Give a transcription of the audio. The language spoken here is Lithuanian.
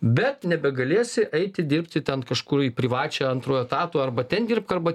bet nebegalėsi eiti dirbti ten kažkur į privačią antru etatu arba ten dirbk arba